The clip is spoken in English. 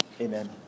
Amen